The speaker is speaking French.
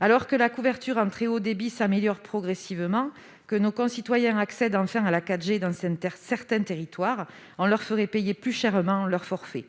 Alors que la couverture en très haut débit s'améliore progressivement, que nos concitoyens accèdent enfin à la 4G dans certains territoires, on leur ferait payer plus chèrement leur forfait.